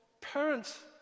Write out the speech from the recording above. parents